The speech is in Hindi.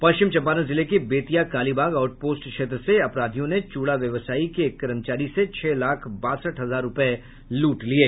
पश्चिम चंपारण जिले के बेतिया कालीबाग आउट पोस्ट क्षेत्र से अपराधियों ने चूड़ा व्यवसायी के कर्मचारी से छह लाख बासठ हजार रुपये लूट लिये